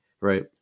Right